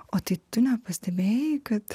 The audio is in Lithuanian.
o tai tu nepastebėjai kad